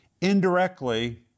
indirectly